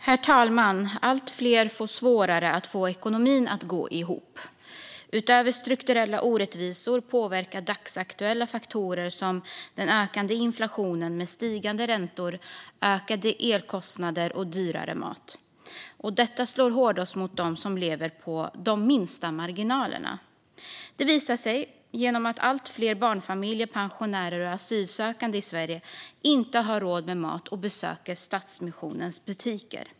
Herr talman! Allt fler har svårare att få ekonomin att gå ihop. Utöver strukturella orättvisor påverkar dagsaktuella faktorer såsom ökande inflation med stigande räntor, ökade elkostnader och dyrare mat. Detta slår hårdast mot dem som lever med de minsta marginalerna. Det visar sig genom att allt fler barnfamiljer, pensionärer och asylsökande i Sverige inte har råd med mat och besöker Stadsmissionens butiker.